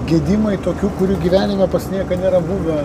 gedimai tokių kurių gyvenime pas nieką nėra buvę